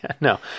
no